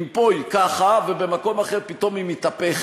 אם פה היא ככה ובמקום אחר פתאום היא מתהפכת,